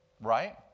Right